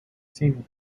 seemed